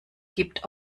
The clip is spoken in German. gibt